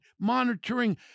monitoring